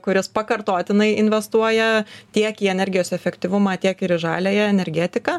kuris pakartotinai investuoja tiek į energijos efektyvumą tiek ir žaliąją energetiką